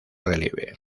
relieve